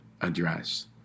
Address